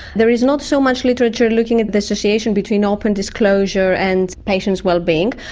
there is not so much literature looking at the association between open disclosure and patients' well-being.